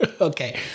Okay